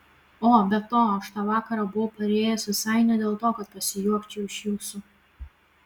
o be to aš tą vakarą buvau parėjęs visai ne dėl to kad pasijuokčiau iš jūsų